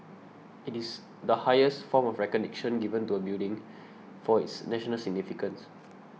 it is the highest form of recognition given to a building for its national significance